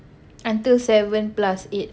until seven plus eight